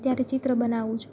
ત્યારે ચિત્ર બનાવું છું